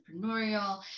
entrepreneurial